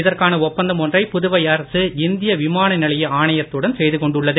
இதற்கான ஒப்பந்தம் ஒன்றை புதுவை அரசு இந்திய விமான நிலைய ஆணையத்துடன் செய்து கொண்டுள்ளது